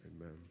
Amen